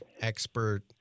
expert